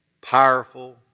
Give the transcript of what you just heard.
powerful